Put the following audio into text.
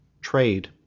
Trade